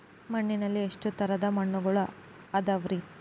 ಮಣ್ಣಿನಲ್ಲಿ ಎಷ್ಟು ತರದ ಮಣ್ಣುಗಳ ಅದವರಿ?